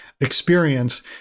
experience